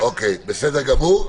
בסדר גמור,